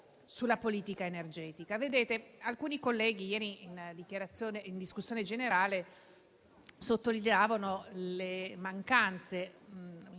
sulla politica energetica.